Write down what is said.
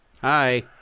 Hi